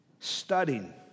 Studying